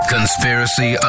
Conspiracy